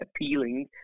appealing